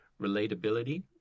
relatability